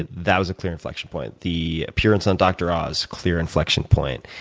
and that was a clear inflection point. the appearance on dr. oz, clear inflection point.